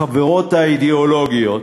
החברות האידיאולוגיות,